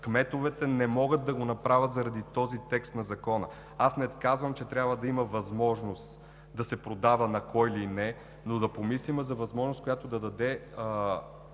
Кметовете не могат да го направят заради този текст на Закона. Аз не казвам, че трябва да има възможност да се продава на кой ли не, но да помислим за възможност, която да даде